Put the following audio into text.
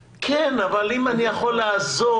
כן, אבל אם אני יכול לעזור.